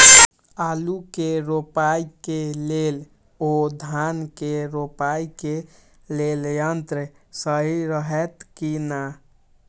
आलु के रोपाई के लेल व धान के रोपाई के लेल यन्त्र सहि रहैत कि ना?